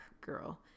girl